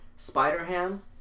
Spider-Ham